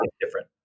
different